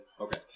Okay